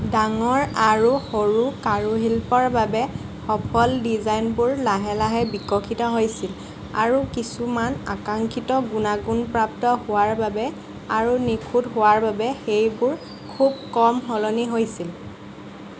ডাঙৰ আৰু সৰু কাৰুশিল্পৰ বাবে সফল ডিজাইনবোৰ লাহে লাহে বিকশিত হৈছিল আৰু কিছুমান আকাংক্ষিত গুণাগুণপ্ৰাপ্ত হোৱাৰ বাবে আৰু নিখুঁত হোৱাৰ বাবে সেইবোৰ খুব কম সলনি হৈছিল